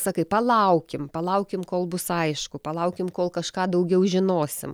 sakai palaukim palaukim kol bus aišku palaukim kol kažką daugiau žinosim